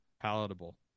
palatable